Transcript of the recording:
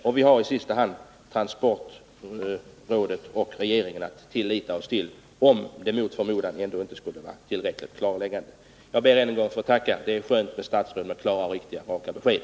Och vi har i sista hand transportrådet och regeringen att förlita oss på, om förhållandena mot förmodan inte skulle vara tillräckligt klarlagda. Jag ber än en gång att få tacka för beskeden. Det är skönt med statsråd som ger klara, riktiga och raka besked.